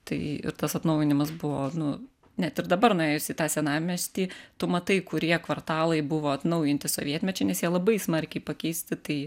tai ir tas atnaujinimas buvo nu net ir dabar nuėjus į tą senamiestį tu matai kurie kvartalai buvo atnaujinti sovietmečiu nes jie labai smarkiai pakeisti tai